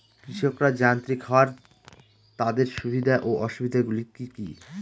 কৃষকরা যান্ত্রিক হওয়ার তাদের সুবিধা ও অসুবিধা গুলি কি কি?